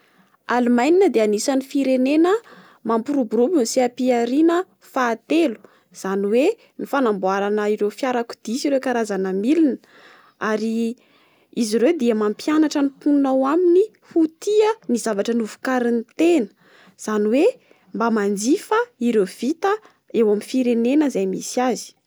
Allemagne dia anisan'ny firenena mampiroborobo ny seha-pihariana fahatelo. Izany hoe ny fanamboarana ireo fiarakodia sy karazana milina. Ary izy ireo dia mampianatra ny mponina ao aminy ho tia ny zavatra novokarin'ny tena. Izany hoe mba manjifa ireo vita eo amin'ny firenena misy azy.